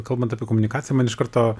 kalbant apie komunikaciją man iš karto